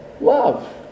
love